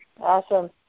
Awesome